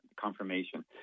Confirmation